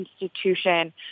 institution